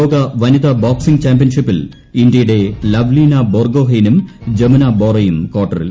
ലോക വനിതാ ബോക്സിംഗ് ചാമ്പൃൻഷിപ്പിൽ ഇന്ത്യയുടെ ലവ്ലിനാ ബോർഗോഹെയ്നും ജമുന ബോറയും ക്വാർട്ടറിൽ